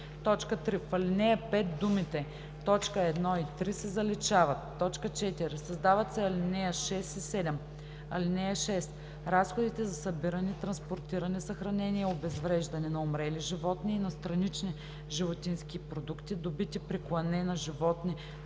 3. В ал. 5 думите „т. 1 и 3“ се заличават. 4. Създават се ал. 6 и 7: „(6) Разходите за събиране, транспортиране, съхранение и обезвреждане на умрели животни и на странични животински продукти, добити при клане на животни